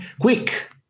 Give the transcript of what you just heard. quick